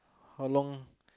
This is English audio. how long